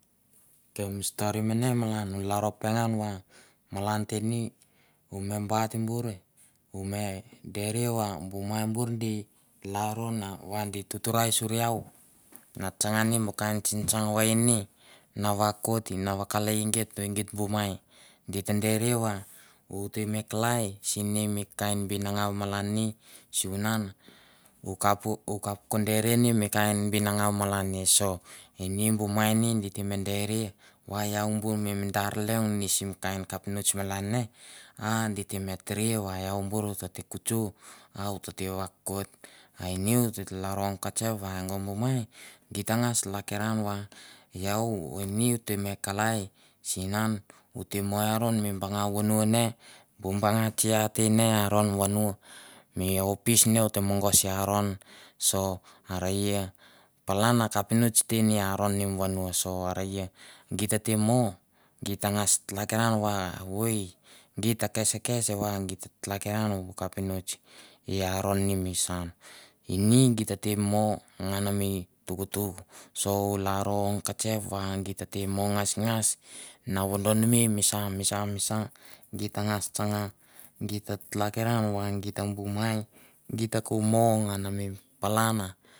Ok mi stori mene a malan u lalaro pengan va malan te ni u me bait bure u me deri va bu mai bur di lalron va a di tutarai suri iau na tsanga ni bu kain tsing tsang wain ni na vakoit na vakalia geit geit bu mai geit dere va ut te me kalai sin mi mi kain binangau malan ni sivunan u kap u kap ku dere ne mi kain binangau malan ne, so ini bu mai ni di te me deria va iau bur mi madar leong ne sim kain kapinots malan ne a di te me tere va bur va o tete kutsu a u tete vakoit. A ini o tete lalro ong katsep va ngo bu mai di ta ngas lakiran va iau ini ute me kalai sunan u te mo aron mi banga vono ne bu banga tsia te ne i anon mi vono mi opis ne ote mogos i aron. so tete mo geit ta ngas tlakiran va voi di ta keskes vagit ta tlakiran va bu kapinotsi aron ne mi saun. Katsep va gi tete mo ngasngas na vododonmei mi sa misa git ta ngas tsanga git ta tlakinanva geit bu mai geit ta ko mo nganmi palan a